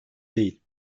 değil